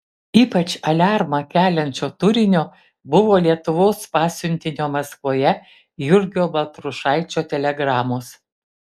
ypač aliarmą keliančio turinio buvo lietuvos pasiuntinio maskvoje jurgio baltrušaičio telegramos